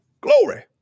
glory